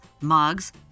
mugs